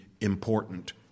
important